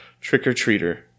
trick-or-treater